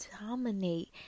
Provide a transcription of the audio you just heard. dominate